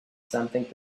something